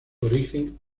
origen